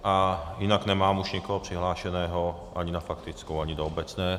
A jinak už nemám nikoho přihlášeného ani na faktickou, ani do obecné.